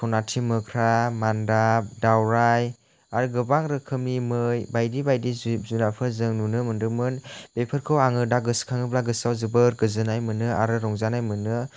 सनाथि मोख्रा मानदाब दावराइ आरो गोबां रोखोमनि मै बायदि बायदि जिब जुनारफोर जों नुनो मोनदोंमोन बेफोरखौ आङो दा गोसोखाङोब्ला दा गोसोआव जोबोर गोजोननाय मोनो आरो रंजानाय मोनो